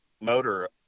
motor